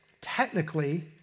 technically